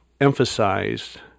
emphasized